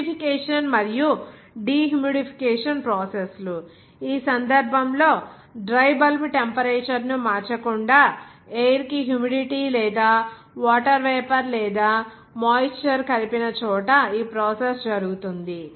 humidification మరియు dehumidification process లు ఈ సందర్భంలో డ్రై బల్బ్ టెంపరేచర్ ను మార్చకుండా ఎయిర్ కి హ్యూమిడిటీ లేదా వాటర్ వేపర్ లేదా మాయిశ్చర్ కలిపిన చోట ఈ ప్రాసెస్ జరుగుతుంది